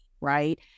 right